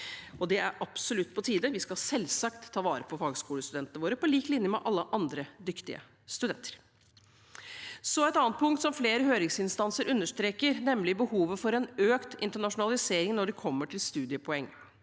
og det er absolutt på tide. Vi skal selvsagt ta vare på fagskolestudentene våre, på lik linje med alle andre dyktige studenter. Så et annet punkt som flere høringsinstanser understreker, nemlig behovet for en økt internasjonalisering når det gjelder studiepoeng.